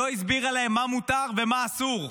לא הסבירה להם מה מותר ומה אסור,